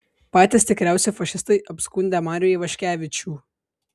patys tikriausi fašistai apskundę marių ivaškevičių